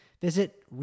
visit